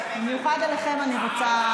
במיוחד אליכם אני רוצה,